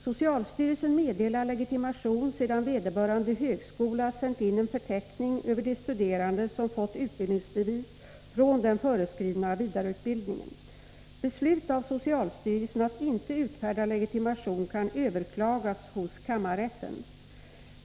Socialstyrelsen meddelar legitimation sedan vederbörande högskola sänt in en förteckning över de studerande som fått utbildningsbevis från den föreskrivna vidareutbildningen. Beslut av socialstyrelsen att inte utfärda legitimation kan överklagas hos kammarrätten.